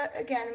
again